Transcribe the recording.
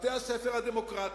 "בתי-הספר הדמוקרטיים",